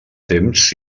temps